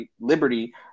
liberty